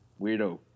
weirdo